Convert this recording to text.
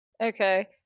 Okay